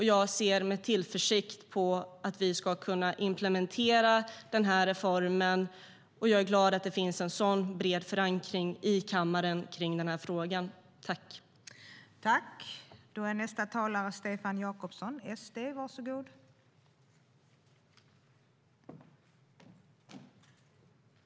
Jag ser med tillförsikt fram mot att vi ska kunna implementera denna reform, och jag är glad att det finns en så bred förankring kring frågan i kammaren.